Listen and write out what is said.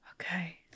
Okay